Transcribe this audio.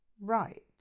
Right